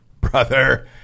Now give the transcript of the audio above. brother